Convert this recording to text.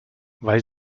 weil